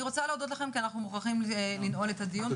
אני רוצה להודות לכם כי אנחנו מוכרחים לנעול את הדיון.